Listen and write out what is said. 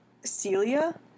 Celia